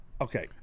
okay